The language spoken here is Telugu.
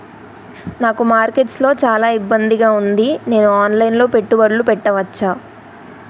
నాకు మార్కెట్స్ లో చాలా ఇబ్బందిగా ఉంది, నేను ఆన్ లైన్ లో పెట్టుబడులు పెట్టవచ్చా?